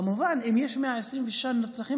כמובן שאם יש 126 נרצחים,